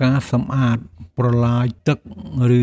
ការសម្អាតប្រឡាយទឹក